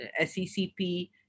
SECP